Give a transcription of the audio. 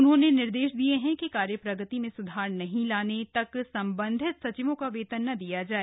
उन्होंने निर्देश दिए हैं कि कार्यप्रगगति में स्धार नहीं लाने तक संबंधित सचिवों का वेतन न दिया जाए